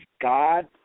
God